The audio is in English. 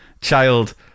child